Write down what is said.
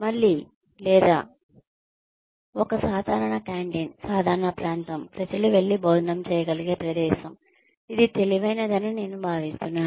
మళ్ళీ లేదా ఒక సాధారణ క్యాంటీన్ సాధారణ ప్రాంతం ప్రజలు వెళ్లి భోజనం చేయగలిగే ప్రదేశం ఇది తెలివైనదని నేను భావిస్తున్నాను